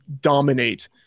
dominate